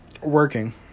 working